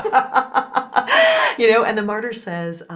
ah you know? and the martyr says,